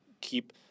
keep